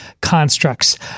constructs